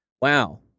Wow